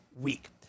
week